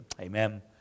Amen